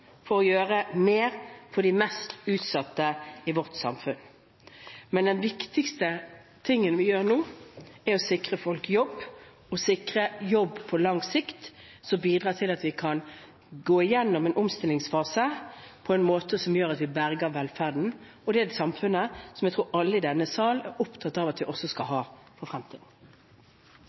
for å gjøre mer for de mest utsatte i vårt samfunn. Men det viktigste vi gjør nå, er å sikre folk jobb, sikre jobb på lang sikt, som bidrar til at vi kan gå gjennom en omstillingsfase på en måte som gjør at vi berger velferden og det samfunnet som jeg tror alle i denne sal er opptatt av at vi også skal ha i fremtiden.